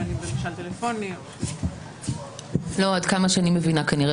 בין אם במשאל טלפוני --- עד כמה שאני מבינה כנראה